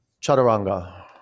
Chaturanga